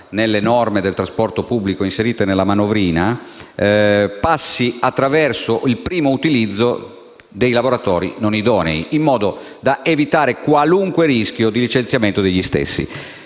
dalle norme del trasporto pubblico inserite nella manovrina, passi attraverso il primo utilizzo dei lavoratori non idonei, in modo da evitare qualunque rischio di un loro licenziamento. Mi sembra